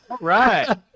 right